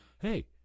hey